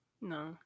no